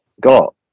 got